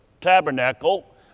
tabernacle